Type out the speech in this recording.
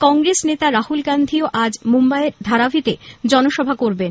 কংগ্রেস নেতা রাহুল গান্ধী আজ মুম্বাইয়ের ধারাভিতে জনসভা করবেন